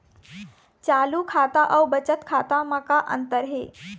चालू खाता अउ बचत खाता म का अंतर हे?